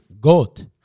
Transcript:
Goat